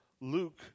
Luke